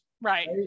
Right